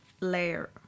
layer